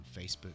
Facebook